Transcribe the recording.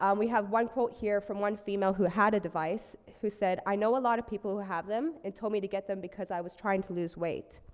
um we have one quote here from one female who had a device who said, i know a lot of people who have them and told me to get them because i was trying to lose weight.